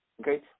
Okay